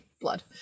blood